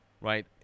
right